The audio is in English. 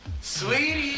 Sweetie